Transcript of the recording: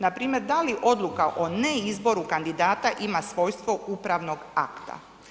Npr. da li odluka o neizboru kandidata ima svojstvo upravno akta.